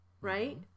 right